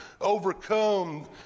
overcome